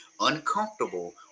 uncomfortable